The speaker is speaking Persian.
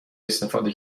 استفاده